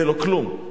ולא כלום.